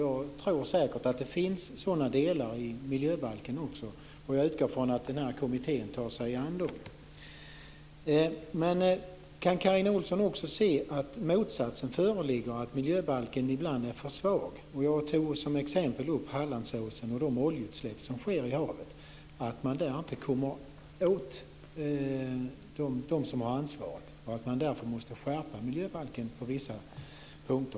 Jag tror säkert att det finns sådana delar i miljöbalken också, och jag utgår från att den här kommittén tar sig an dessa. Men kan Carina Ohlsson också se att motsatsen föreligger, att miljöbalken ibland är för svag? Jag tog som exempel upp Hallandsåsen och de oljeutsläpp som sker i havet, att man där inte kommer åt dem som har ansvaret och att man därför måste skärpa miljöbalken på vissa punkter.